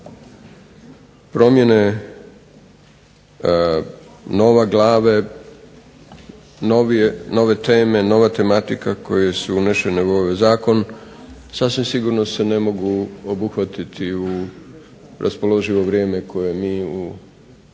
Promjene, nove glave, nove teme, nova tematika koje su unešene u ovaj zakon sasvim sigurno se ne mogu obuhvatiti u raspoloživo vrijeme koje mi u ime